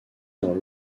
dans